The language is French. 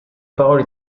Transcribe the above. parole